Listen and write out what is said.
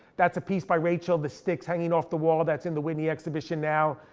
that's a piece by rachel, the sticks hanging off the wall, that's in the whitney exhibition now.